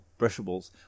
brushables